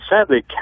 sadly